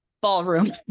ballroom